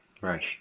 Right